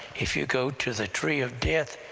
if you go to the tree of death,